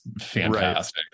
fantastic